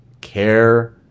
care